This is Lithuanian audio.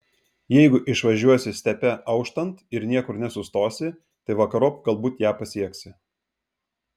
jeigu išvažiuosi stepe auštant ir niekur nesustosi tai vakarop galbūt ją pasieksi